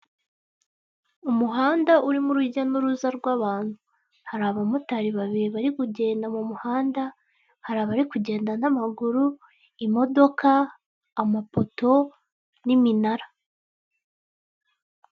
Umuhanda urimo urujya n'uruza rw'abantu hari abamotari babiri bari kugenda mu muhanda hari abari kugenda n'amaguru imodoka amapoto n'iminara.